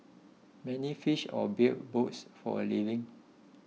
many fished or built boats for a living